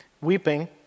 weeping